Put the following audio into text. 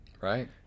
Right